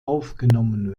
aufgenommen